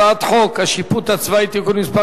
הצעת חוק השיפוט הצבאי (תיקון מס'